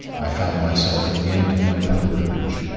i found myself at the end of my pilgrimage.